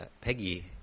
Peggy